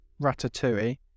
Ratatouille